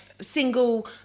single